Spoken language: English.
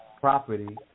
property